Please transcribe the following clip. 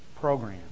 program